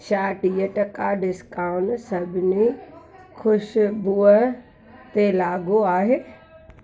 छा टीह टका डिस्काउंट सभिनी ख़ुशबूअ ते लागू आहे